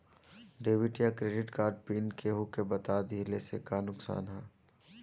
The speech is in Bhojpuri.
डेबिट या क्रेडिट कार्ड पिन केहूके बता दिहला से का नुकसान ह?